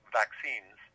vaccines